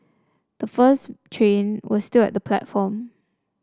the first train was still at the platform